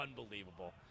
unbelievable